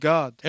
God